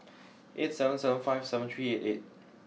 eight seven seven five seven three eight eight